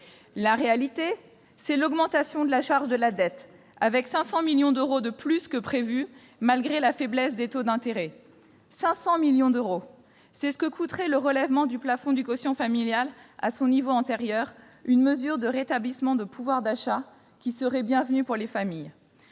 La réalité, c'est l'augmentation de la charge de la dette, avec 500 millions d'euros de plus que prévu, malgré la faiblesse des taux d'intérêt. Or 500 millions d'euros, c'est ce que coûterait le relèvement du plafond du quotient familial à son niveau antérieur, une mesure de rétablissement de pouvoir d'achat qui serait bienvenue pour les familles.